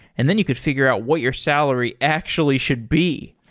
and then you could figure out what your salary actually should be.